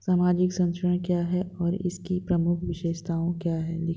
सामाजिक संरक्षण क्या है और इसकी प्रमुख विशेषताओं को लिखिए?